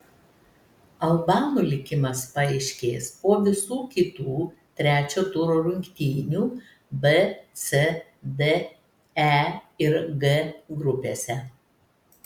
albanų likimas paaiškės po visų kitų trečio turo rungtynių b c d e ir g grupėse